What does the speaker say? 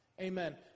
Amen